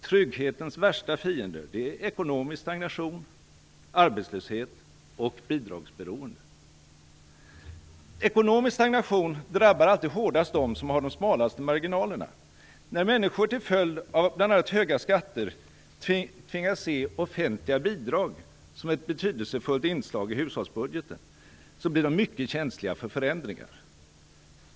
Trygghetens värsta fiender är ekonomisk stagnation, arbetslöshet och bidragsberoende. Ekonomisk stagnation drabbar alltid hårdast dem som har de smalaste marginalerna. När människor till följd av bl.a. höga skatter tvingas se offentliga bidrag som ett betydelsefullt inslag i hushållsbudgeten, blir de mycket känsliga för förändringar.